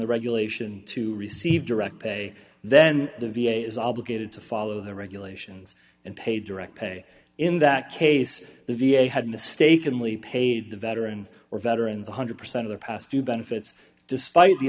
the regulation to receive direct pay then the v a is obligated to follow the regulations and pay direct they in that case the v a had mistakenly paid the veterans or veterans one hundred percent of the past due benefits despite the